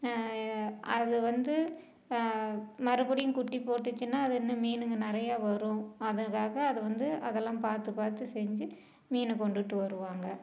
அது வந்து மறுபடியும் குட்டி போட்டுச்சுன்னா அது இன்னும் மீனுங்க நிறையா வரும் அதுக்காக அது வந்து அதெல்லாம் பார்த்து பார்த்து செஞ்சு மீனை கொண்டுகிட்டு வருவாங்க